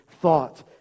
thought